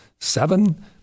Seven